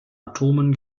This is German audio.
atomen